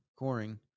coring